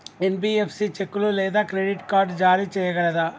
NBFC చెక్కులు లేదా credit card జారీ చేయగలదా?